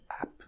app